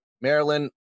Maryland